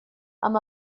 amb